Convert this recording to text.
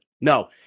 no